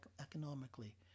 economically